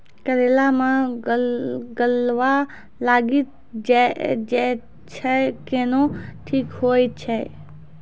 करेला मे गलवा लागी जे छ कैनो ठीक हुई छै?